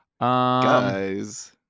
Guys